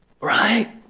right